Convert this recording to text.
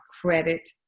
credit